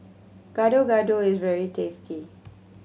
Gado Gado is very tasty